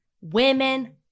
women